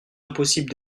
impossible